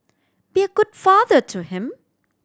be a good father to him